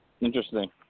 Interesting